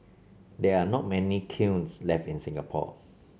there are not many kilns left in Singapore